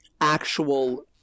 actual